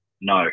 No